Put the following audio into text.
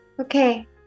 Okay